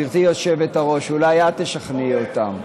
גברתי היושבת-ראש, אולי את תשכנעי אותם.